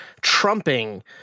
trumping